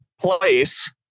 place